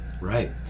Right